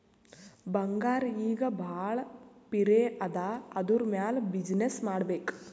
ಬಂಗಾರ್ ಈಗ ಭಾಳ ಪಿರೆ ಅದಾ ಅದುರ್ ಮ್ಯಾಲ ಬಿಸಿನ್ನೆಸ್ ಮಾಡ್ಬೇಕ್